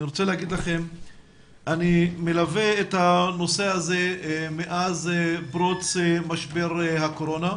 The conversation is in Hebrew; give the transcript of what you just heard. אני רוצה לומר לכם שאני מלווה את הנושא הזה מאז פרוץ משבר הקורונה,